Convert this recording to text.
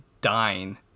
dying